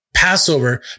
Passover